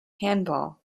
handball